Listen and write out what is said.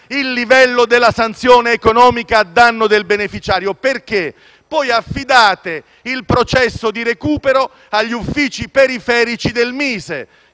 il livello della sanzione economica a danno del beneficiario. Infatti, voi poi affidate il processo di recupero agli uffici periferici del MISE,